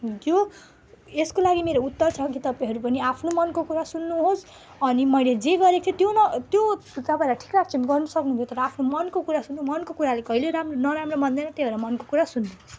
यो यसको लागि मेरो उत्तर छ कि तपाईँहरू पनि आफ्नो मनको कुरा सुन्नुहोस् अनि मैले जे गरेको थिएँ त्यो न त्यो तपाईँहरूलाई ठिक लाग्छ भने गर्नु सक्नुहुन्छ तर आफ्नो मनको कुरा सुन्नु मनको कुराहरू कहिले राम्रो नराम्रो भन्दैन त्यो भएर मनको कुरा सुन्नु